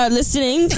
listening